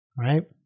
right